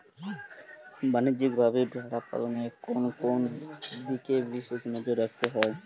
বাণিজ্যিকভাবে ভেড়া পালনে কোন কোন দিকে বিশেষ নজর রাখতে হয়?